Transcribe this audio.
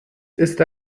ist